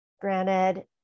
Granted